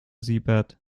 siebert